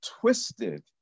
twisted